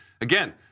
Again